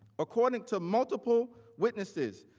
according to multiple witnesses,